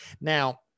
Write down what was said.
Now